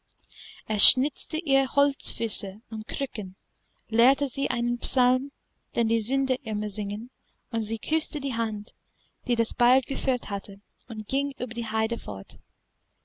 er schnitzte ihr holzfüße und krücken lehrte sie einen psalm den die sünder immer singen und sie küßte die hand die das beil geführt hatte und ging über die haide fort